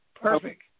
perfect